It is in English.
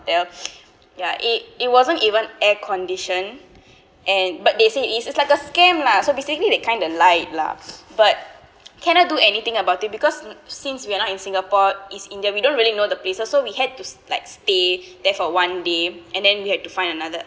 ya it it wasn't even air condition and but they say it's like a scam lah so basically they kinda lied lah but cannot do anything about it because since we are not in singapore is india we don't really know the places so we had to like stay there for one day and then we had to find another